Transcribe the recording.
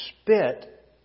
spit